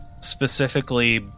specifically